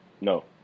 No